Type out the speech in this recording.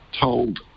told